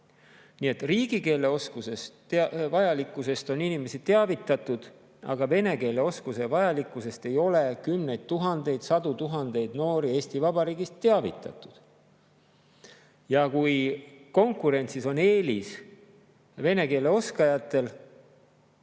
Nii et riigikeeleoskuse vajalikkusest on inimesi teavitatud, aga vene keele oskuse vajalikkusest ei ole kümneid tuhandeid, sadu tuhandeid noori Eesti Vabariigis teavitatud. Ja konkurentsis on eelis vene keele oskajatel.